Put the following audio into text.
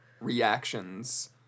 reactions